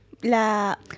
la